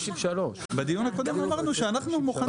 בדיון הקודם אמרנו שאנחנו מוכנים.